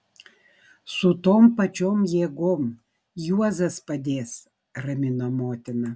su tom pačiom jėgom juozas padės ramino motina